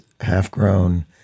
half-grown